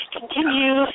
continue